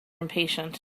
impatient